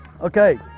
Okay